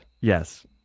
Yes